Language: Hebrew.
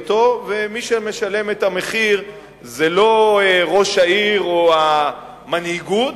מי שמשלם את המחיר זה לא ראש העיר או המנהיגות,